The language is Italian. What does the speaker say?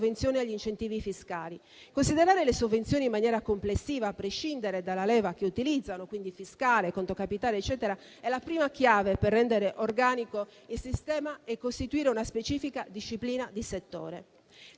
agli incentivi fiscali. Considerare le sovvenzioni in maniera complessiva a prescindere dalla leva che utilizzano (quindi fiscale, conto capitale, eccetera) è la prima chiave per rendere organico il sistema e costituire una specifica disciplina di settore.